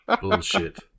Bullshit